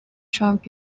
trump